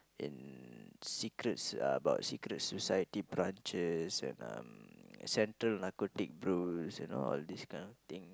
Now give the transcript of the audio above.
in secrets about secret society branches and um Center Narcotics Bureau you know all this kind of thing